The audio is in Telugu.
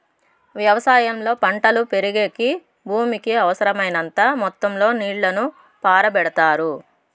వ్యవసాయంలో పంటలు పెరిగేకి భూమికి అవసరమైనంత మొత్తం లో నీళ్ళను పారబెడతారు